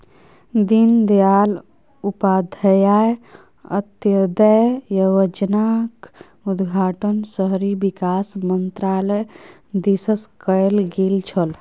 दीनदयाल उपाध्याय अंत्योदय योजनाक उद्घाटन शहरी विकास मन्त्रालय दिससँ कैल गेल छल